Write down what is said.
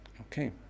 Okay